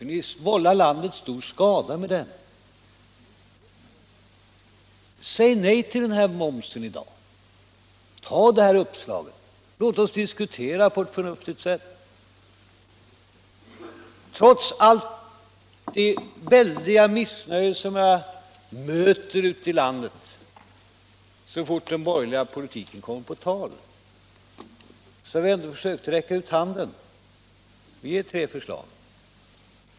Ni vållar landet stor skada med den ni för nu. Säg nej till momsen i dag och låt oss tillsammans diskutera fram ett förnuftigare skattesystem! Trots det väldiga missnöje jag möter ute i landet så snart den borgerliga politiken kommer på tal har jag ändå försökt räcka ut handen och komma med förslag.